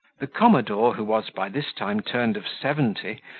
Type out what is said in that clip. the commodore, who was by this time turned of seventy,